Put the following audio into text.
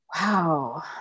wow